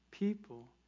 people